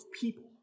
people